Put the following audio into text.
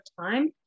time